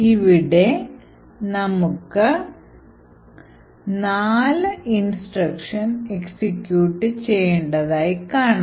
ഇവിടെ നമുക്ക് നാല് ഇൻസ്ട്രക്ഷൻ എക്സിക്യൂട്ട് ചെയ്യേണ്ടതായി കാണാം